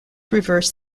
reverse